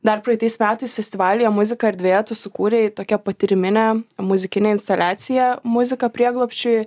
dar praeitais metais festivalyje muzika erdvėje tu sukūrei tokią patyriminę muzikinę instaliaciją muzika prieglobsčiui